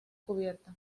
cubierta